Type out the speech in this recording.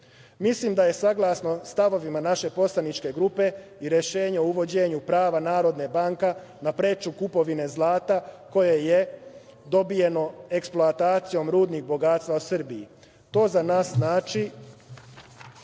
Mislim da je saglasno stavovima naše poslaničke grupe i rešenje o uvođenju prava Narodne banke na preču kupovinu zlata, koje je dobijeno eksploatacijom rudnih bogatstava Srbije. To za nas znači